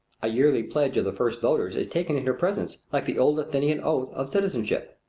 a yearly pledge of the first voters is taken in her presence like the old athenian oath of citizenship.